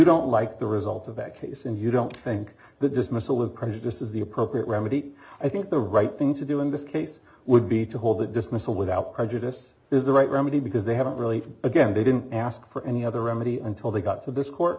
don't like the result of that case and you don't think the dismissal with prejudice is the appropriate remedy i think the right thing to do in this case would be to hold that dismissal without prejudice is the right remedy because they haven't really again they didn't ask for any other remedy until they got to this court